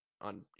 on